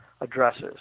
addresses